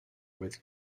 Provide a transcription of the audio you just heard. with